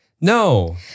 No